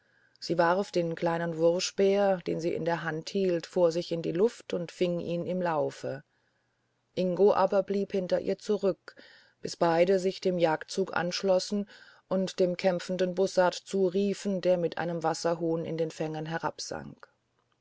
sie warf den kleinen wurfspeer den sie in der hand hielt vor sich in die luft und fing ihn im laufe ingo aber blieb jetzt hinter ihr zurück bis beide sich dem jagdzug anschlossen und dem kämpfenden bussard zuriefen der mit einem wasserhuhn in den fängen